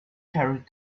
carried